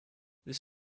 this